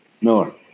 Miller